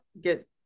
get